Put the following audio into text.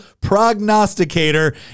prognosticator